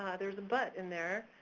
ah there's a but in there,